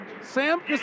Sam